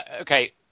Okay